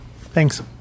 Thanks